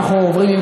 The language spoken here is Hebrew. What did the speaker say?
אנחנו עוברים,